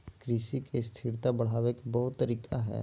कृषि के स्थिरता बढ़ावे के बहुत तरीका हइ